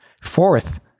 Fourth